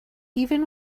even